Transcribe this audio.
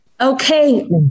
Okay